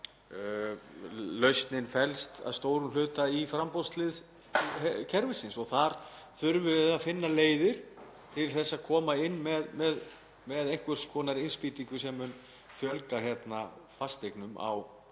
Lausnin felst að stórum hluta í framboðshlið kerfisins og þar þurfum við að finna leiðir til að koma með einhvers konar innspýtingu sem mun fjölga fasteignum,